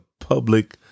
public